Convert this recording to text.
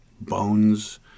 bones